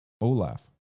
Olaf